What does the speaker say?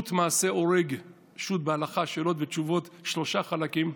"שו"ת מעשה אורג" שאלות ותשובות בהלכה בשלושה חלקים,